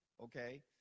Okay